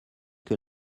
que